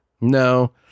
No